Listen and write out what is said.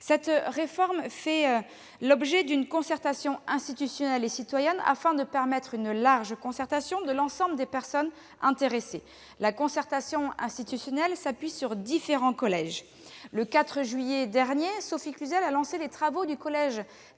Cette réforme fait l'objet d'une concertation institutionnelle et citoyenne afin de permettre une large consultation de l'ensemble des personnes intéressées. La concertation institutionnelle s'appuie sur différents collèges. Le 4 juillet dernier, Sophie Cluzel a lancé les travaux du collège